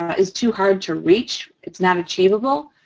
is too hard to reach it's not achievable.